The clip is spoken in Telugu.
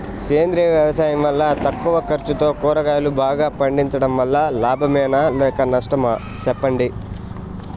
సేంద్రియ వ్యవసాయం వల్ల తక్కువ ఖర్చుతో కూరగాయలు బాగా పండించడం వల్ల లాభమేనా లేక నష్టమా సెప్పండి